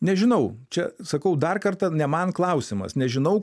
nežinau čia sakau dar kartą ne man klausimas nežinau